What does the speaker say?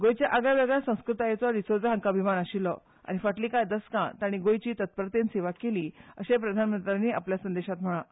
गोंयच्या आगळ्या वेगळ्या संस्कृतायेचो डिसोझा हांका अभिमान आशिऴ्ठो आनी फाटलीं कांय दशकां तांणी गोंयची तत्परतेन सेवा केली अशें प्रधानमंत्र्यांनी आपल्या संदेशांत म्हळां